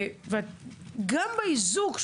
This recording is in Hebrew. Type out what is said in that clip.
וגם באיזוק,